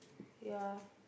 ya